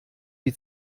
die